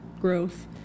growth